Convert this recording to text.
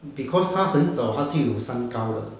because 他很早就有三高了